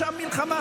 עכשיו מלחמה.